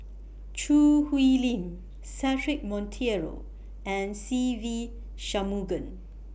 Choo Hwee Lim Cedric Monteiro and Se Ve Shanmugam